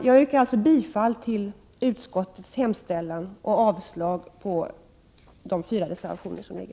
Jag yrkar bifall till utskottets hemställan och avslag på de fyra reservationerna.